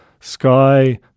Sky